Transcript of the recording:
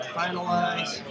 finalize